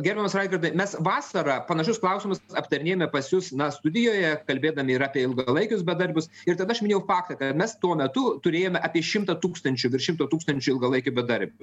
gerbiamas raigardai mes vasarą panašius klausimus aptarinėjame pas jus na studijoje kalbėdami ir apie ilgalaikius bedarbius ir tada aš minėjau faktą kad mes tuo metu turėjome apie šimtą tūkstančių virš šimto tūkstančių ilgalaikių bedarbių